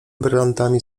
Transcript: brylantami